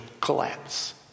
collapse